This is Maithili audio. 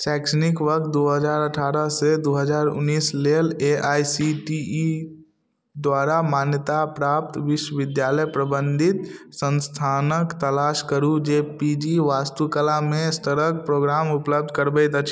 शैक्षणिक वर्ष दू हजार अठारह से दू हजार उन्नीस लेल A I C T E द्वारा मान्यताप्राप्त विश्वविद्यालय प्रबंधित संस्थानक तलाश करू जे पी जी वास्तुकला मे स्तरक प्रोग्राम उपलब्ध करबैत अछि